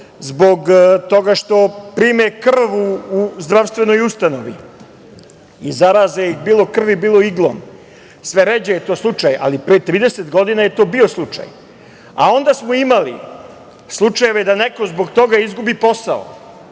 zbog toga što prime krv u zdravstvenoj ustanovi i zaraze ih, bilo krvlju, bilo iglom. Sve ređe je to slučaj, ali pre 30 godina je to bio slučaj. A onda smo imali slučajeve da neko zbog toga izgubi posao,